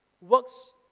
works